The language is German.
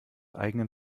eigenen